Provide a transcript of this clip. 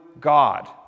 God